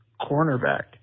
cornerback